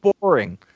boring